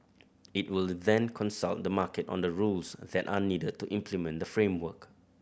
it will then consult the market on the rules that are needed to implement the framework